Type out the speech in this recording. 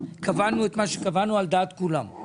קבענו את מה שקבענו על דעת כולם.